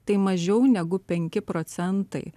tai mažiau negu penki procentai